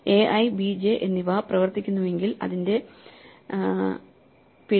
ai bj എന്നിവ പ്രവർത്തിക്കുന്നുവെങ്കിൽ അതിന്റെ പിഴ